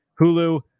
Hulu